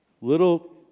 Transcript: Little